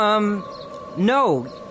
No